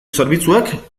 zerbitzuak